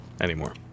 anymore